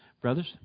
Brothers